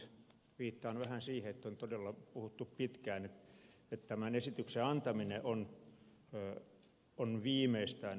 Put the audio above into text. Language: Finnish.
viittaan vähän siihen että tästä on todella puhuttu pitkään että tämän esityksen antaminen on viimeistään nyt ollut tarpeen